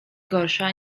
gorsza